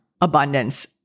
abundance